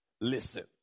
listen